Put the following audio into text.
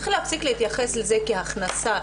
צריך להפסיק להתייחס לזה כהכנסה,